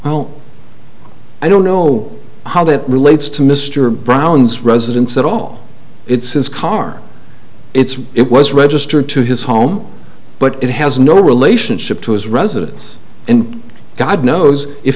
i don't i don't know how that relates to mr brown's residence at all it's his car it's it was registered to his home but it has no relationship to his residence and god knows if